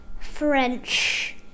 French